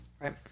Right